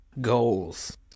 goals